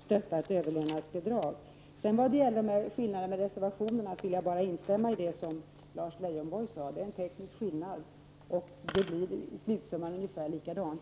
stötta ett överlevnadsbidrag. När det gäller skillnaden mellan reservationerna vill jag instämma i det Lars Leijonborg sade — det är en teknisk skillnad, och slutsumman blir ungefär densamma.